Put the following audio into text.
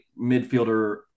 midfielder